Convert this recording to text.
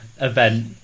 event